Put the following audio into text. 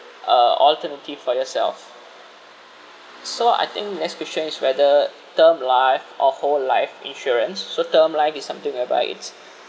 uh alternative for yourself so I think next question is whether term life or whole life insurance so term life is something whereby it's